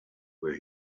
where